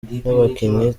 n’abakinnyi